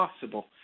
possible